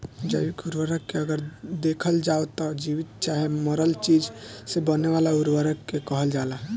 जैविक उर्वरक के अगर देखल जाव त जीवित चाहे मरल चीज से बने वाला उर्वरक के कहल जाला